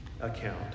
account